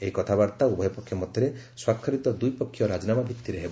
ଏହି କଥାବାର୍ତ୍ତା ଉଭୟ ପକ୍ଷ ମଧ୍ୟରେ ସ୍ୱାକ୍ଷରିତ ଦ୍ୱିପକ୍ଷିୟ ରାଜିନାମା ଭିତ୍ତିରେ ହେବ